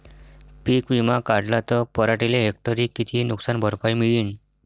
पीक विमा काढला त पराटीले हेक्टरी किती नुकसान भरपाई मिळीनं?